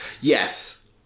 Yes